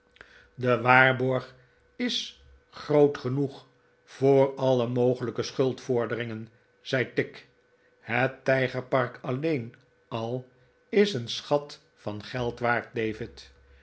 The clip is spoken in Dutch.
de waarborg is groot genoeg voor alle mogelijke schuldvorderingen zei tigg het tijgerpark alleen al is een schat van geld waard